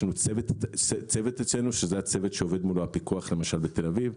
יש לנו צוות שהוא עובד מול הפיקוח למשל בתל אביב.